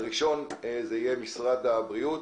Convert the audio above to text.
הראשון יהיה משרד הבריאות.